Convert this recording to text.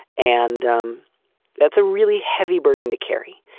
and um that's a really heavy burden to carry.